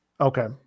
okay